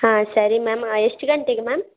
ಹಾಂ ಸರಿ ಮ್ಯಾಮ್ ಎಷ್ಟು ಗಂಟೆಗೆ ಮ್ಯಾಮ್